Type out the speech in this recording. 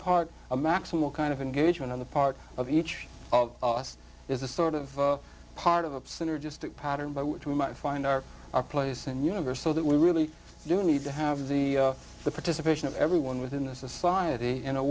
part of maximal kind of engagement on the part of each of us is a sort of part of a synergistic pattern by which we might find our our place and universe so that we really do need to have the the participation of everyone within the society in a